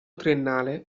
triennale